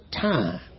time